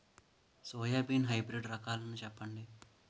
Soybean hybrid రకాలను చెప్పండి?